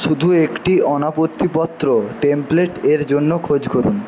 শুধু একটি অনাপত্তি পত্র টেমপ্লেটের জন্য খোঁজ করুন